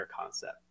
concept